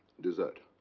dessert.